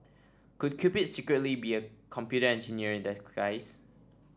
could Cupid secretly be a computer engineer in disguise